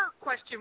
question